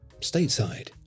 Stateside